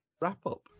wrap-up